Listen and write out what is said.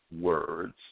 words